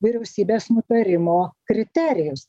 vyriausybės nutarimo kriterijus